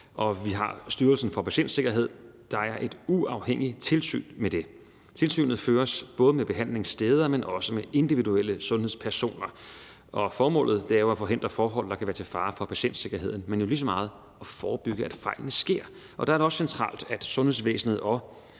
vi har Styrelsen for Patientsikkerhed, der er et uafhængigt tilsyn med det. Tilsynet føres både med behandlingssteder, men også med individuelle sundhedspersoner. Og formålet er jo at forhindre forhold, der kan være til fare for patientsikkerheden, men lige så meget at forebygge, at fejlene sker. Der er det også centralt, at sundhedsvæsenet og